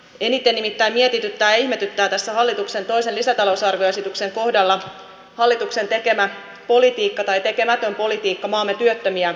eniten nimittäin mietityttää ja ihmetyttää tässä hallituksen toisen lisätalousarvioesityksen kohdalla hallituksen tekemä politiikka tai tekemätön politiikka maamme työttömiä kohtaan